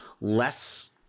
less